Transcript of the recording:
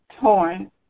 torn